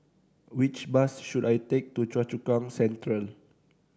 which bus should I take to Choa Chu Kang Central